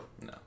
No